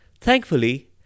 Thankfully